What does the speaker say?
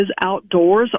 outdoors